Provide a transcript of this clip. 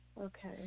Okay